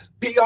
PR